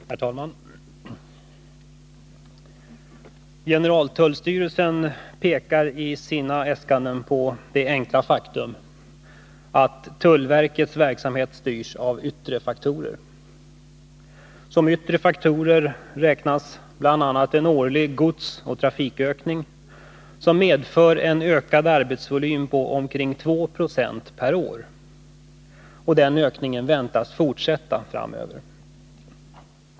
Herr talman! Generaltullstyrelsen pekar i sina äskanden på det enkla faktum att tullverkets verksamhet styrs av yttre faktorer. Som yttre faktorer räknas bl.a. en årlig godsoch trafikökning, som medför en ökad arbetsvolym på omkring 2 26 per år. Den ökningen väntas fortsätta.